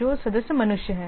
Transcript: जो सदस्य मनुष्य हैं